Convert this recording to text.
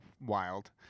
wild